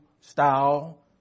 style